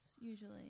usually